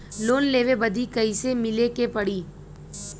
Loan लेवे बदी कैसे मिले के पड़ी?